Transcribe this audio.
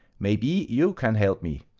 maybe you can help me?